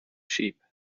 sheep